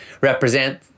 represent